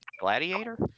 Gladiator